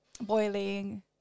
boiling